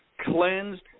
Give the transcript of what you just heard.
cleansed